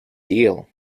deal